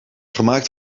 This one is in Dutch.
gemaakt